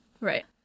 Right